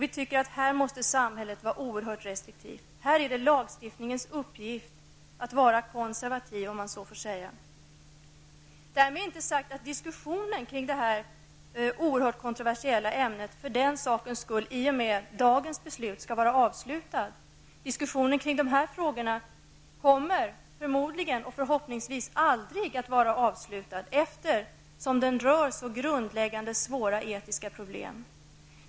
Vi tycker att samhället måste vara oerhört restriktivt. Det är här lagstiftningens uppgift att vara konservativ. Därmed är det inte sagt att diskussionen kring detta oerhört kontroversiella ämne skall vara avslutad i och med dagens beslut. Diskussionen kring dessa frågor kommer förmodligen, och förhoppningsvis, aldrig att vara avslutad, eftersom den rör så grundläggande svåra etiska problem.